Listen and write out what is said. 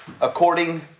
According